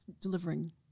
delivering